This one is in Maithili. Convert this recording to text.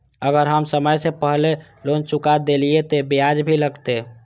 अगर हम समय से पहले लोन चुका देलीय ते ब्याज भी लगते?